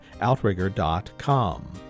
outrigger.com